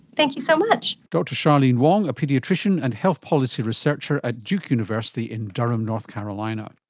thank you so much. dr charlene wong, a paediatrician and health policy researcher at duke university in durham, north carolina.